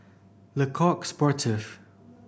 Le Coq Sportif